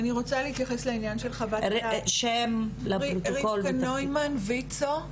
כן, רבקה נוימן, ויצו,